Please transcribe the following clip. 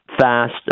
fast